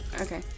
Okay